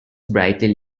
brightly